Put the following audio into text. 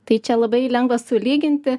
tai čia labai lengva sulyginti